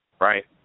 right